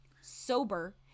sober